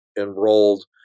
enrolled